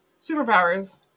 superpowers